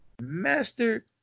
master